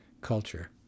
culture